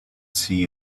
see